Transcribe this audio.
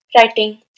Writing